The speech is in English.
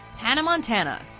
hannah montana, so